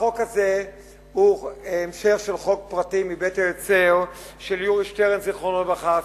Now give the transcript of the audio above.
החוק הזה הוא המשך של חוק פרטי מבית-היוצר של יורי שטרן זיכרונו לברכה,